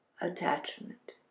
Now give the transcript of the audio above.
attachment